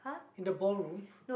in the ballroom